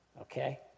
okay